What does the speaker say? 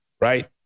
right